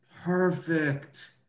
perfect